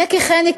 הנה כי כן,